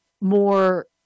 more